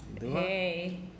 Hey